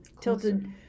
tilted